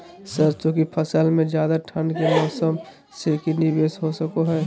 सरसों की फसल में ज्यादा ठंड के मौसम से की निवेस हो सको हय?